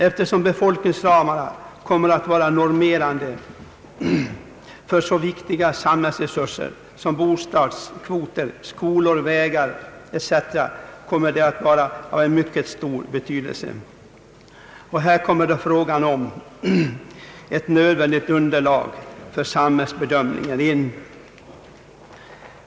Eftersom <befolkningsramarna kommer att vara normerande för så viktiga samhällsresurser som bostadskvoten, skolor, vägar etc. kommer de att vara av mycket stor betydelse. Här kommer då frågan om ett nödvändigt underlag för samhällsplaneringen in.